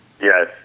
Yes